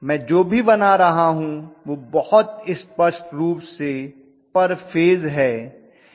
मैं जो भी बना रहा हूं वह बहुत स्पष्ट रूप से पर फेज है